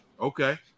Okay